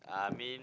I mean